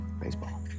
Baseball